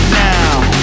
now